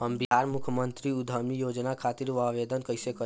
हम बिहार मुख्यमंत्री उद्यमी योजना खातिर आवेदन कईसे करी?